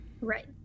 Right